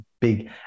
big